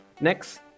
Next